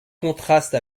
contraste